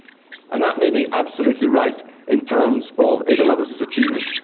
and that may be absolutely right in terms of ada lovelace's achievement.